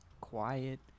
quiet